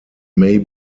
may